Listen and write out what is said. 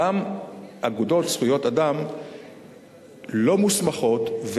אותן אגודות זכויות אדם לא מוסמכות,